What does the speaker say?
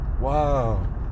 wow